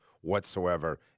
whatsoever